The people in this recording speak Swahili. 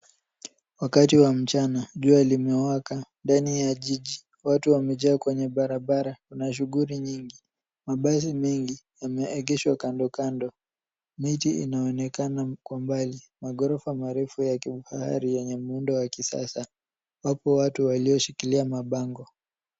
Wakati wa mchana, jua limewaka ndani ya jiji, watu wamejaa kwenye barabara. Kuna shughuli nyingi. Mabasi mengi yameegeshwa kando kando. Miti inaonekana kwa mbali. Maghorofa marefu ya kifahari yenye muundo wa kisasa. Wapo watu walioshikilia mabango.